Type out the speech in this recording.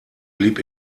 blieb